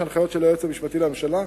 יש הנחיות של היועץ המשפטי לממשלה.